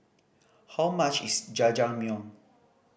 how much is Jajangmyeon